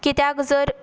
किद्याक जर